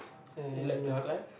you like to climb